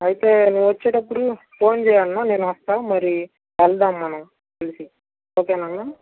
అయితే నువ్వు వచ్చేటప్పుడు ఫోన్ చేయి అన్నా నేను వస్తాను మరి వెళదాము మనం కలిసి ఓకేనా అన్న